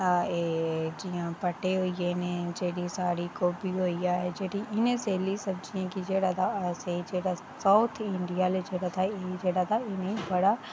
साढ़ा एह् भट्ठे होई गे नै जेह्ड़ी साढ़ा गोभी होइया इं'या सैल्ली सब्जियें गी जेह्ड़ा अस तां साऊथ इंडिया आह्ले न ते एह् जेह्ड़ा तां इ'नेंगी बड़ा